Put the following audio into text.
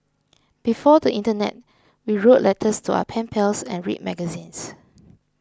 before the internet we wrote letters to our pen pals and read magazines